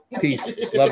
Peace